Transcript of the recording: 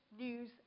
news